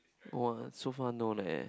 !wah! so far no leh